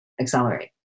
accelerate